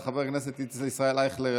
חבר הכנסת ישראל אייכלר,